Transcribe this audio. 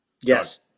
Yes